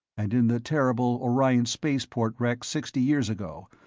and in the terrible orion spaceport wreck sixty years ago,